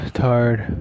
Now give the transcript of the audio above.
tired